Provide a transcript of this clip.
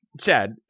Chad